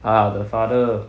ah the father